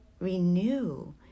renew